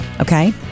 Okay